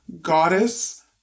goddess